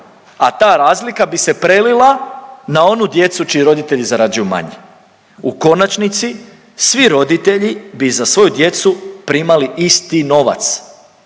a ta razlika bi se prelila na onu djecu čiji roditelji zarađuju manje. U konačnici svi roditelji bi za svoju djecu primali isti novac.